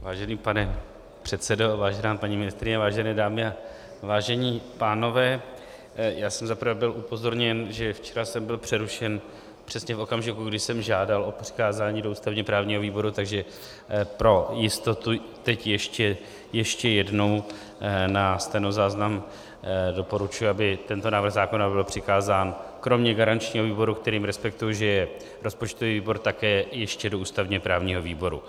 Vážený pane předsedo, vážená paní ministryně, vážené dámy a vážení pánové, já jsem za prvé byl upozorněn, že včera jsem byl přerušen přesně v okamžiku, kdy jsem žádal o přikázání do ústavněprávního výboru, takže pro jistotu teď ještě jednou na stenozáznam: doporučuji, aby tento návrh zákona byl přikázán kromě garančního výboru, kterým respektuji, že je rozpočtový výbor, také ještě do ústavněprávního výboru.